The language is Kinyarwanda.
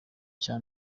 cya